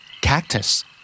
Cactus